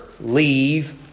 leave